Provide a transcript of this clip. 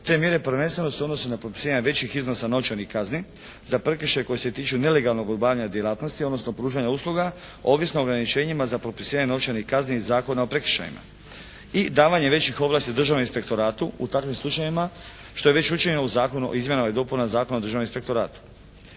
Te mjere prvenstveno se odnose na potpisivanje većih iznosa novčanih kazni za prekršaj koji se tiču nelegalnog obavljanja djelatnosti, odnosno pružanja usluga ovisno o ograničenjima za propisivanje novčanih kazni iz Zakona o prekršajima i davanje većih ovlasti Državnom inspektoratu, u takvim slučajevima što je već učinjeno u Zakonu o izmjenama i dopunama Zakona o Državnom inspektoratu.